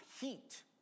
heat